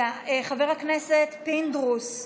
חבר הכנסת פינדרוס,